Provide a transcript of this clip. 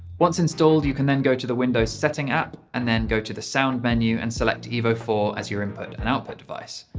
once installed you can then go to the windows setting app and then go to the sound menu and select evo four as your input and output device.